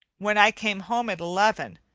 when i came home at eleven,